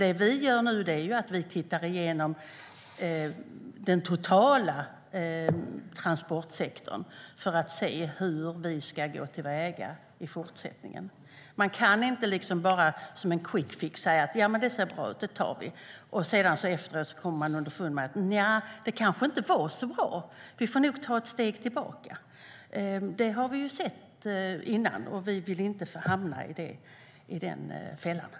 Det vi gör nu är att titta igenom den totala transportsektorn för att se hur vi ska gå till väga i fortsättningen. Man kan inte bara som en quick fix säga att man tar det och att det ser bra ut för att efteråt komma underfund med att det kanske inte var så bra och att man nog får ta ett steg tillbaka. Detta har vi sett tidigare, och vi vill inte hamna i den fällan.